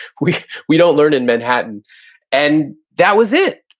we we don't learn in manhattan and that was it.